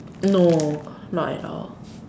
no not at all